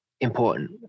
important